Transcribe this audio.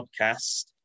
Podcast